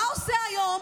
מה עושה היום